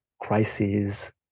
crises